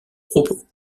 propos